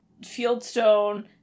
Fieldstone